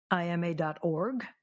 IMA.org